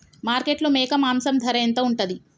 మార్కెట్లో మేక మాంసం ధర ఎంత ఉంటది?